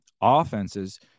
offenses